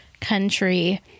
country